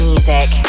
Music